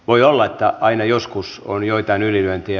voi olla että aina joskus on joitain ylilyöntejä